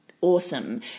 awesome